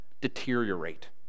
deteriorate